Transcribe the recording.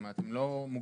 זאת אומרת, הם יכולים